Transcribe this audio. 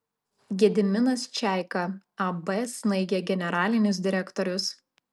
gediminas čeika ab snaigė generalinis direktorius